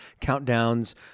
countdowns